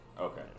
Okay